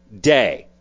day